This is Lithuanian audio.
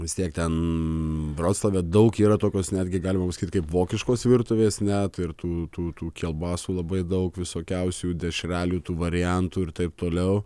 vis tiek ten vroclave daug yra tokios netgi galima pasakyt kaip vokiškos virtuvės net ir tų tų tų kelbasų labai daug visokiausių dešrelių tų variantų ir taip toliau